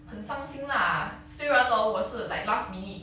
很伤心 lah 虽然 orh 我是 like last minute